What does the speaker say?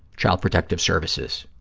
child protective services,